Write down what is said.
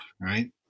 right